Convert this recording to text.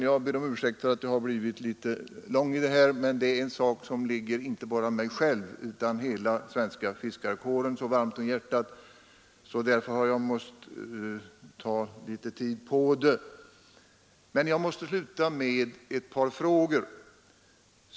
Jag ber om ursäkt för att jag blivit litet mångordig, men detta är en sak som ligger inte bara mig själv utan hela svenska fiskarkåren så varmt om hjärtat att jag har varit tvungen att ta upp en del tid med det. Jag vill sluta med ett par frågor.